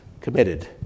committed